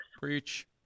Preach